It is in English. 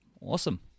Awesome